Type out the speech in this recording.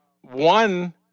One